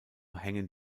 hängen